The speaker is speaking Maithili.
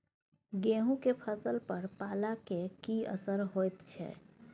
गेहूं के फसल पर पाला के की असर होयत छै?